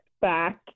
back